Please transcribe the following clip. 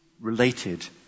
related